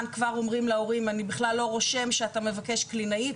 כבר אומרים להורים אני בכלל לא רושם שאתה מבקש קלינאית,